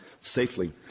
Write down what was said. safely